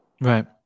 Right